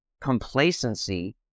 complacency